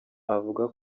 avuga